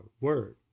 Word